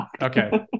okay